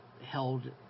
held